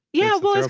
yeah, well,